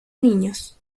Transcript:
niños